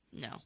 No